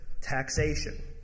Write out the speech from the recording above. taxation